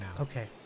Okay